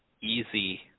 easy